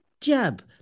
Jab